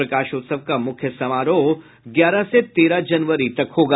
प्रकाशोत्सव का मुख्य समारोह ग्यारह से तेरह जनवरी तक होगा